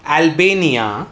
Albania